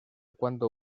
cuándo